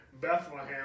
Bethlehem